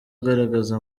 ugaragaza